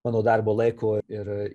mano darbo laiko ir